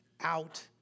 out